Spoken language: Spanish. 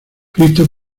cristo